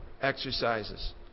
exercises